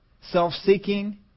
self-seeking